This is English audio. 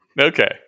okay